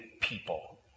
people